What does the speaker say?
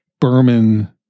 Berman